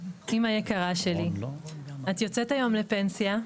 אמא יקרה שלי, את יוצאת היום לפנסיה,